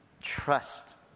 Trust